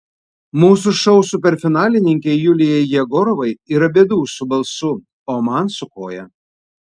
mūsų šou superfinalininkei julijai jegorovai yra bėdų su balsu o man su koja